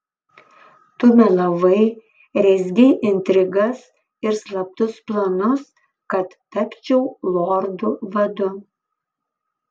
tu melavai rezgei intrigas ir slaptus planus kad tapčiau lordu vadu